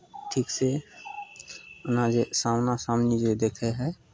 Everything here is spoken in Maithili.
ठीकसँ अपना जे सामना सामनी जे देखै हइ